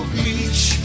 beach